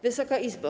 Wysoka Izbo!